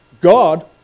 God